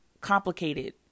complicated